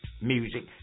music